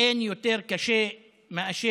ואין יותר קשה מאשר